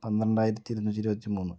പന്ത്രണ്ടായിരത്തി ഇരുനൂറ്റി ഇരുപത്തി മൂന്ന്